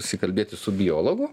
susikalbėti su biologu